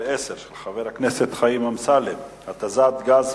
חבר הכנסת דוד אזולאי שאל את השר לביטחון